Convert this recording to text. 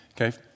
Okay